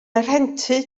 rhentu